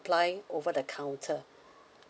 apply over the counter